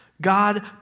God